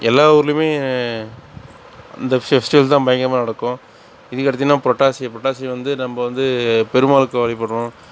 எல்லா ஊருலேயுமே அந்த ஃபெஸ்டிவல் தான் பயங்கரமாக நடக்கும் இதுக்கடுத்துனா புரட்டாசி புரட்டாசி வந்து நம்ம வந்து பெருமாளுக்கு வழிபடுறோம்